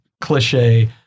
cliche